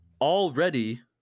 already